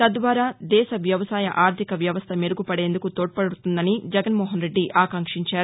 తద్వారా దేశ వ్యవసాయ ఆర్థిక వ్యవస్థ మెరుగు పదేందుకు తోడ్పడుతుందని జగన్మోహన్ రెడ్డి ఆకాక్షించారు